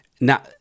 Now